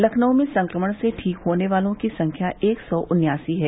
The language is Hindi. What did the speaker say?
लखनऊ में संक्रमण से ठीक होने वालों की संख्या एक सौ उन्यासी है